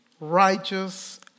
righteous